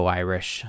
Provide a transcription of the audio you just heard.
irish